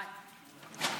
בבקשה,